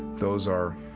those are